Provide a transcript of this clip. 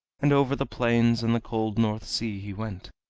and over the plains and the cold north sea he went,